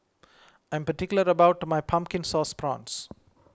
I am particular about my Pumpkin Sauce Prawns